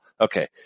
Okay